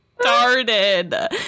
Started